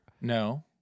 No